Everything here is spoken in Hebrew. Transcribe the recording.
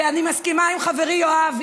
ואני מסכימה עם חברי יואב,